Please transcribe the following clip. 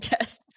Yes